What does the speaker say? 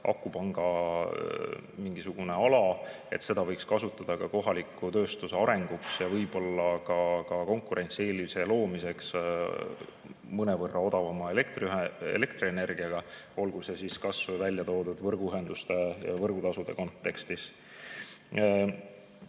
kuhu tuleks mingisugune akupangaala, mida võiks kasutada ka kohaliku tööstuse arenguks ja võib-olla ka konkurentsieelise loomiseks mõnevõrra odavama elektrienergia abil, olgu see siis välja toodud kas või võrguühenduste ja võrgutasude kontekstis.